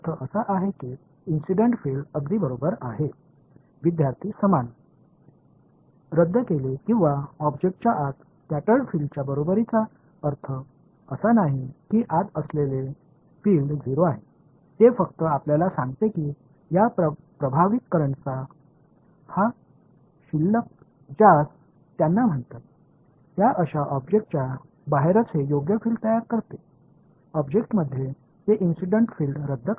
ரத்துசெய்யப்பட்ட அல்லது சமமான பொருளின் உள்ளே ஸ்கடா்டு ஃபில்டு சமமானதாக இருக்கும் அதாவது உள்ளே இருக்கும் புலம் 0 என்று அர்த்தமல்ல இந்த ஈர்க்கப்பட்ட மின்னோட்டங்களின் சமநிலை அவர்கள் அழைத்ததைப் போன்றது என்று கூறுகிறது அதாவது பொருளுக்கு வெளியே அது சரியான புலத்தை உருவாக்குகிறது பொருளின் உள்ளே அது சம்பவ புலத்தை ரத்து செய்கிறது